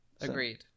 Agreed